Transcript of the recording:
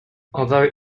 although